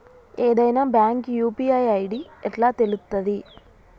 ఏదైనా bank UPI ID ఎట్లా తెలుత్తది?